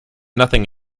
nothing